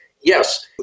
yes